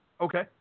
Okay